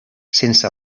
sense